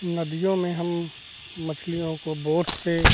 नदियों में हम मछलियों को बोट से